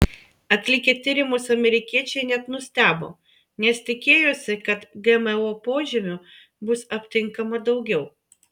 atlikę tyrimus amerikiečiai net nustebo nes tikėjosi kad gmo požymių bus aptinkama daugiau